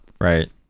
Right